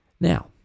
Now